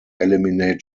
eliminate